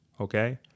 Okay